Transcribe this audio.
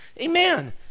Amen